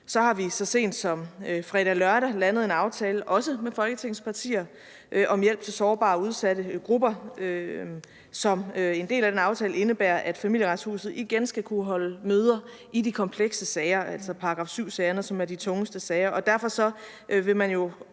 Så har vi så sent som fredag-lørdag landet en aftale, også med Folketingets partier, om hjælp til sårbare og udsatte grupper, og en del af den aftale indebærer, at Familieretshuset igen skal kunne holde møder i de komplekse sager, altså § 7-sagerne, som er de tungeste sager,